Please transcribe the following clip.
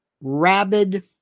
rabid